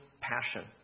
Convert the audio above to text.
passion